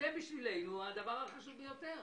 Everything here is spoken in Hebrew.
זה בשבילנו הדבר החשוב ביותר.